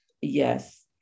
yes